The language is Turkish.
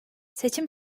seçim